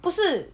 不是